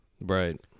Right